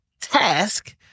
task